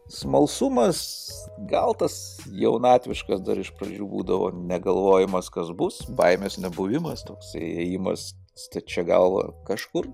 smalsumas gal tas jaunatviškas dar iš pradžių būdavo negalvojimas kas bus baimės nebuvimas toks ėjimas stačia galva kažkur